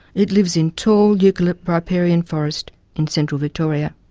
it lives in tall eucalypt riparian forest in central victoria.